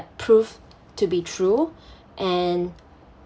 prove to be true and